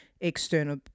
external